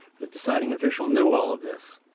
the deciding official knew all of this